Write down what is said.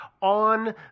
On